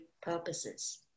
purposes